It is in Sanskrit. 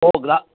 ओ ग्ला